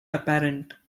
apparent